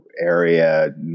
area